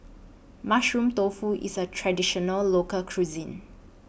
Mushroom Tofu IS A Traditional Local Cuisine